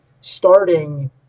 starting